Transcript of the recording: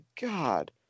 god